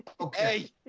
Okay